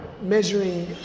measuring